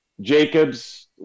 Jacobs